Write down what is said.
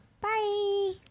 Bye